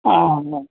اوہ ہوں